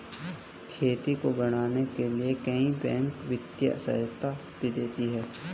खेती को बढ़ाने के लिए कई बैंक वित्तीय सहायता भी देती है